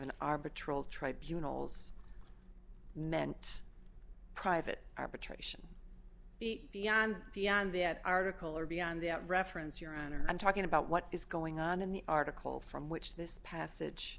arbitrary tribunals meant private arbitration beyond beyond that article or beyond that reference your honor i'm talking about what is going on in the article from which this passage